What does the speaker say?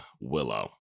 Willow